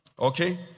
Okay